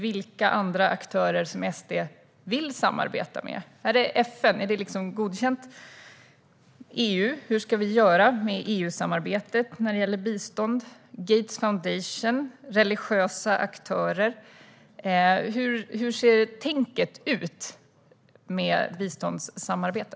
Vilka aktörer vill SD samarbeta med? Får FN godkänt? Hur ska vi göra med EU-samarbetet när det gäller bistånd? Vad gäller för Gates Foundation och religiösa aktörer? Hur tänker ni kring biståndssamarbete?